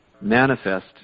manifest